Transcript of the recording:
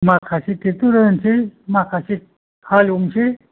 माखासे ट्रेकटर होनोसै माखासे हालेवनोसै